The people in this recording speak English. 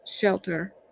shelter